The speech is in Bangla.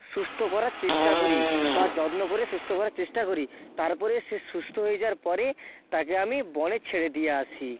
সুস্থ করার চেষ্টা করি বা যত্ন করে সুস্থ করার চেষ্টা করি তারপরে সে সুস্থ হয়ে যাওয়ার পরে তাকে আমি বনে ছেড়ে দিয়ে আসি